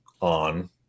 on